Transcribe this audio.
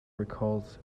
recalls